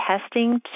testing